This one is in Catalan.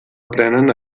aprenen